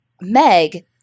Meg